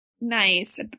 nice